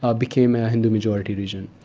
ah became a hindu-majority region.